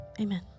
amen